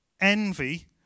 Envy